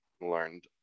learned